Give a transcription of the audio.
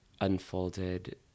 unfolded